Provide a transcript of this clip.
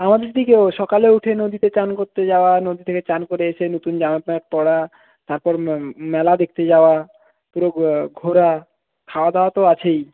আমাদের দিকেও সকালে উঠে নদীতে স্নান করতে যাওয়া নদী থেকে চান করে এসে নতুন জামাপ্যান্ট পড়া তারপর মেলা দেখতে যাওয়া পুরো ঘোরা খাওয়া দাওয়া তো আছেই